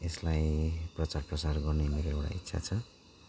यसलाई प्रचार प्रसार गर्ने मेरो एउटा इच्छा छ